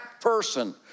person